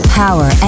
power